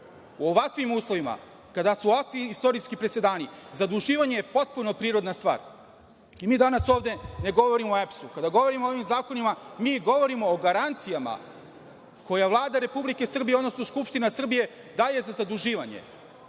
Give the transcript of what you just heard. ovakvim uslovima, kada su ovakvi istorijski presedani, zaduživanje je potpuno prirodna stvar. Mi danas ovde ne govorimo o EPS-u. Kada govorimo o ovim zakonima, mi govorimo o garancijama koja Vlada Republike Srbije, odnosno Skupština Srbije daje za zaduživanje.